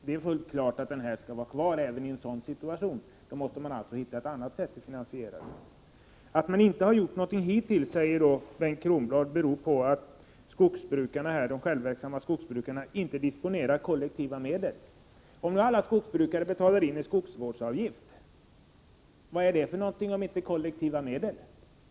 Det är fullt klart att detta skall vara kvar även i en sådan situation, och då måste vi hinna hitta ett annat sätt för finansiering. Att vi inte har gjort något hittills säger Bengt Kronblad beror på att de självverksamma skogsbrukarna inte disponerar kollektiva medel. Men om alla skogsbrukare betalar in en skogsvårdsavgift, vad är det om inte kollektiva medel?